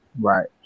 Right